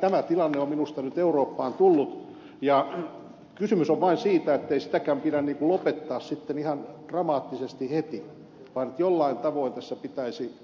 tämä tilanne on minusta nyt eurooppaan tullut ja kysymys on vain siitä ettei sitäkään pidä lopettaa sitten ihan dramaattisesti heti vaan jollain tavoin tässä pitäisi